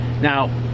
Now